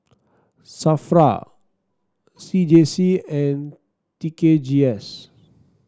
Safra C J C and T K G S